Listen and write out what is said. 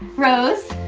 rose,